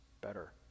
better